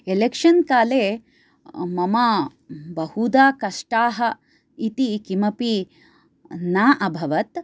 election काले मम बहुधा कष्टाः इति किमपि न अभवत्